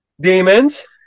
Demons